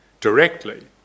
directly